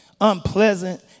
unpleasant